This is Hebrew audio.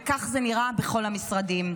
וכך זה נראה בכל המשרדים.